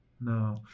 No